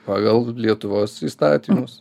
pagal lietuvos įstatymus